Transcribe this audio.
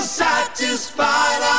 satisfied